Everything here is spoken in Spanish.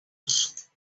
sus